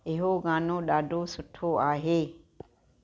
इहो गानो ॾाठो सुठो आहे